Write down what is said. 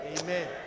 Amen